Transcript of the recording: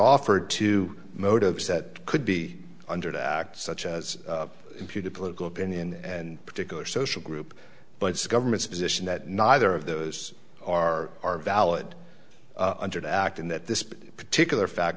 offered to motives that could be under the act such as imputed political opinion and particular social group but its government's position that neither of those are are valid under the act and that this particular fact